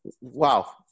wow